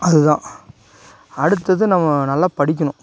அதுதான் அடுத்தது நம்ம நல்லா படிக்கணும்